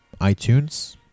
iTunes